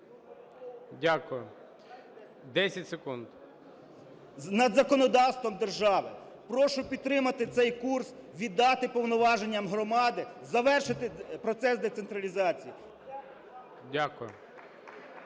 секунд. ЛЮШНЯК М.В. …над законодавством держави. Прошу підтримати цей курс: віддати повноваження громаді, завершити процес децентралізації.